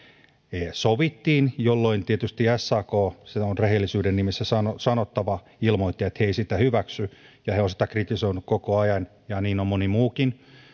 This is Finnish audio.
sovimme jolloin tietysti sak se on rehellisyyden nimissä sanottava ilmoitti että he eivät sitä hyväksy ja he ovat sitä kritisoineet koko ajan ja niin on moni muukin mutta